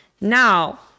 Now